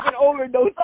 overdose